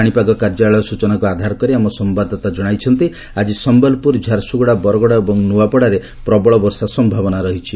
ପାଣିପାଗ କାର୍ଯ୍ୟାଳୟ ସୂଚନକୁ ଆଧାର କରି ଆମ ସମ୍ଘାଦଦାତା ଜଣେଇଛନ୍ତି ଆଜି ସମ୍ଘଲପୁର ଝାରସୁଗୁଡା ବରଗଡ ଏବଂ ନୁଆପଡାରେ ପ୍ରବଳ ବର୍ଷା ସମ୍ଭାବନା ରହିଛି